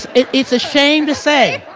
it's a shame to say,